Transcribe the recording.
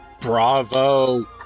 Bravo